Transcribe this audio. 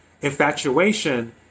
Infatuation